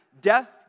Death